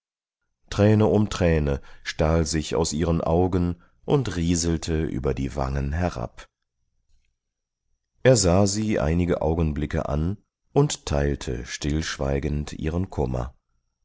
träne um träne stahl sich aus ihren augen und rieselte über die wangen herab er sah sie einige augenblicke an und teilte stillschweigend ihren kummer